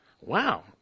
Wow